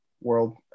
world